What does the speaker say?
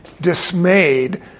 dismayed